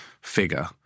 figure